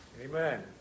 Amen